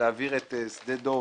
שלהעביר את שדה דב